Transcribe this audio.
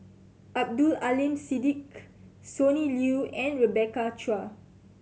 Abdul Aleem Siddique Sonny Liew and Rebecca Chua